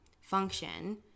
function